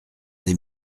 des